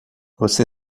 você